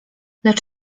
lecz